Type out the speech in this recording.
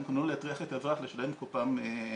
כן לא להטריח את האזרח לשלם כל פעם אגרה.